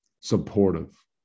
supportive